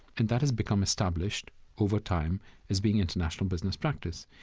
and that has become established over time as being international business practice.